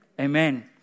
Amen